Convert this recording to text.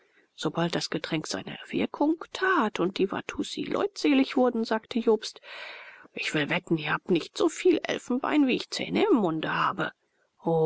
sobald das getränk seine wirkung tat und die watussi leutselig wurden sagte jobst ich will wetten ihr habt nicht so viel elfenbein wie ich zähne im munde habe